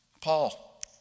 Paul